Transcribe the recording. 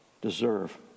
deserve